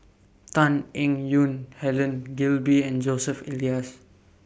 Tan Eng Yoon Helen Gilbey and Joseph Elias